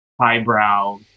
highbrow